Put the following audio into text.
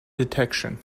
detection